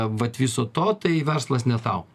vat viso to tai verslas ne tau